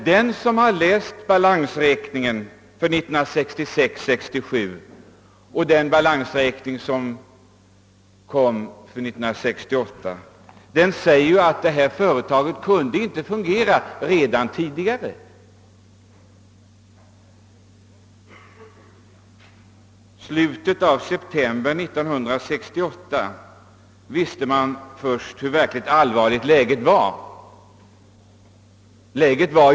Den som har läst balansräkningen för 1966 och 1967 hävdar emellertid att företaget redan då inte kunde fungera. Först i slutet av september 1968 visste man hur verkligt allvarligt läget var, sägs det.